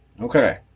Okay